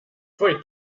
pfui